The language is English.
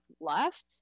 left